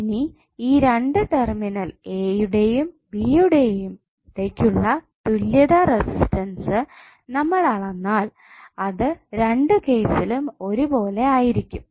ഇനി ഈ 2 terminal A യുടെയും ബി യുടെയും ഇടയ്ക്കുള്ള തുല്യത റസിസ്റ്റൻസ് നമ്മൾ അളന്നാൽ അത് രണ്ട് കേസിലും ഒരുപോലെ ആയിരിക്കും